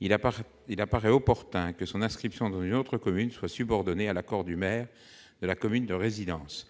il apparaît opportun que son inscription dans une école d'une autre commune soit subordonnée à l'accord du maire de la commune de résidence.